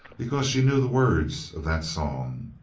because she knew the words of that song.